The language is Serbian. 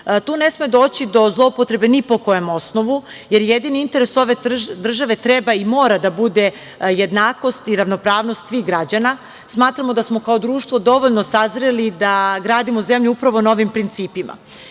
Tu ne sme doći do zloupotrebe ni po kojem osnovu, jer jedini interes ove države treba i mora da bude jednakost i ravnopravnost svih građana. Smatramo da smo kao društvo dovoljno sazreli da gradimo zemlju upravo na ovim principima. Jednu